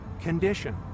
condition